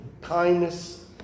kindness